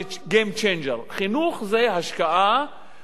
חינוך זה ההשקעה הכי חשובה,